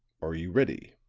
are you ready?